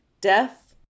death